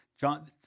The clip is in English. John